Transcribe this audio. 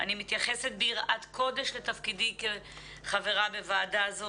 אני מתייחסת ביראת קודש לתפקידי כחברה בוועדה זו,